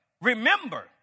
remember